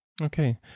Okay